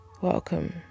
welcome